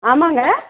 ஆமாங்க